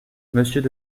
monsieur